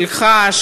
שלך,